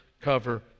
cover